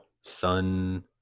Sun